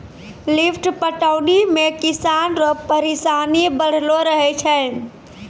lift पटौनी मे किसान रो परिसानी बड़लो रहै छै